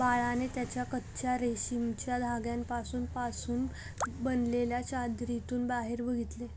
बाळाने त्याच्या कच्चा रेशमाच्या धाग्यांपासून पासून बनलेल्या चादरीतून बाहेर बघितले